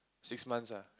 six months ah